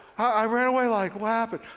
i ran away like what